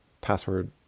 password